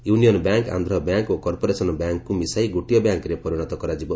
union bank Andhra bank ଓ corporation ବ୍ୟାଙ୍କ୍କୁ ମିଶାଇ ଗୋଟିଏ ବ୍ୟାଙ୍କ୍ରେ ପରିଣତ କରାଯିବ